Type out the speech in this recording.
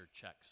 checks